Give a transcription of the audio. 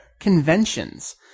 Conventions